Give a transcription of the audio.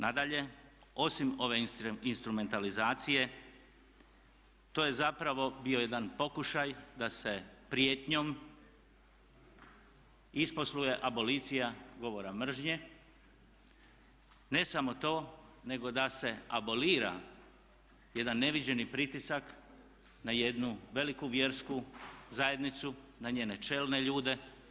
Nadalje, osim ove instrumentalizacije to je zapravo bio jedan pokušaj da se prijetnjom isposluje abolicija govora mržnje, ne samo to nego da se abolira jedan neviđeni pritisak na jednu veliku vjersku zajednicu, na njene čelne ljude.